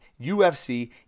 UFC